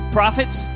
prophets